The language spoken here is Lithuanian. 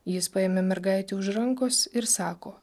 jis paėmė mergaitę už rankos ir sako